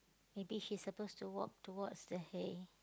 maybe she's supposed to walk towards the hay